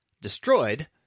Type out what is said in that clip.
destroyed